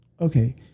okay